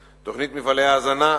תוכנית מפעלי ההזנה.